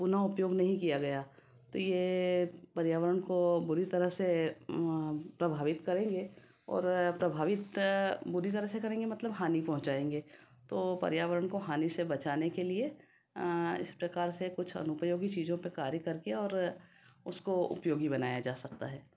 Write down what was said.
पुनः उपयोग नहीं किया गया तो ये पर्यावरण को बुरी तरह से प्रभावित करेंगे और प्रभावित बुरी तरह से करेंगे मतलब हानि पहुँचाएँगे तो पर्यावरण को हानि से बचाने के लिए इस प्रकार से कुछ अनुपयोगी चीजों पर कार्य करके और उसको उपयोगी बनाया जा सकता है